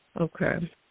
Okay